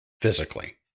physically